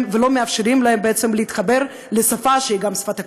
ולא מאפשרים להם להתחבר לשפה שהיא גם שפת הקודש,